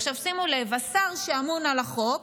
עכשיו שימו לב: השר שאמון על החוק